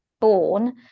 born